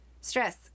Stress